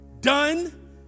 done